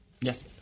Yes